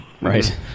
right